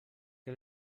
què